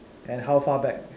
and how far back